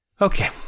Okay